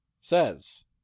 says